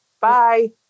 Bye